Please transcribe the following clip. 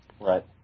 Right